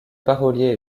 parolier